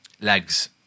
Legs